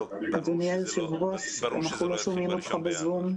אדוני היושב-ראש, אנחנו לא שומעים אותך בזום.